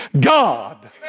God